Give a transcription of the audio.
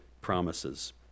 promises